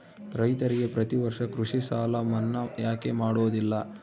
ರೈತರಿಗೆ ಪ್ರತಿ ವರ್ಷ ಕೃಷಿ ಸಾಲ ಮನ್ನಾ ಯಾಕೆ ಮಾಡೋದಿಲ್ಲ?